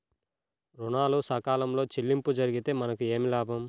ఋణాలు సకాలంలో చెల్లింపు జరిగితే మనకు ఏమి లాభం?